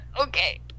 Okay